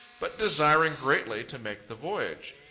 but desiring greatly to make the voyage.